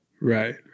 Right